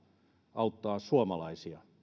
auttaa suomalaisia